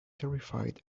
terrified